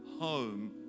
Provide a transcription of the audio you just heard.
home